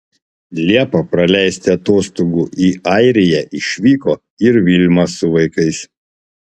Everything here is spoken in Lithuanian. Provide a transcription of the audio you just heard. liepą praleisti atostogų į airiją išvyko ir vilma su vaikais